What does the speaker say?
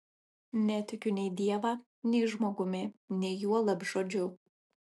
netikiu nei dievą nei žmogumi nei juolab žodžiu